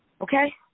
Okay